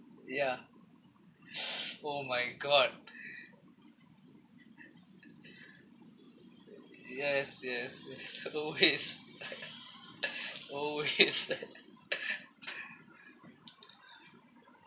ya oh my god yes yes yes always always